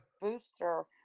booster